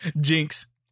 Jinx